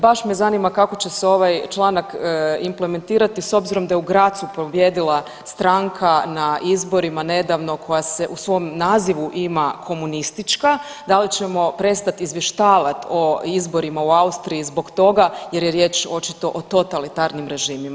Baš me zanima kako će se ovaj članak implementirati s obzirom da je u Grazu pobijedila stranka na izborima nedavno koja se u svom nazivu ima komunistička da li ćemo prestat izvještavat o izborima u Austriji zbog toga jer je riječ o totalitarnim režimima.